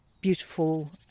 beautiful